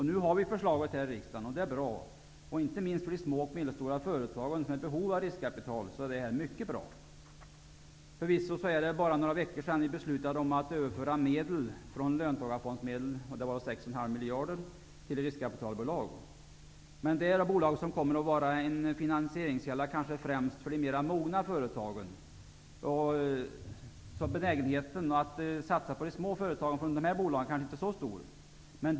Nu har vi förslaget här i riksdagen, och det är bra. Inte minst för de små och medelstora företag som är i behov av riskkapital är det mycket bra. Förvisso är det bara några veckor sedan vi beslutade om att överföra 6,5 miljarder kronor av löntagarfondsmedel till riskkapitalbolag. Dessa bolag kommer dock att vara en finansieringskälla främst för de mera mogna företagen. Riskkapitalbolagens benägenhet att satsa på de små företagen kommer därför kanske inte att vara så stor.